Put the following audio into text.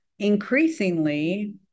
Increasingly